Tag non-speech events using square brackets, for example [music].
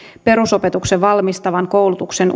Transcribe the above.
perusopetukseen valmistavan koulutuksen [unintelligible]